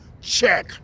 Check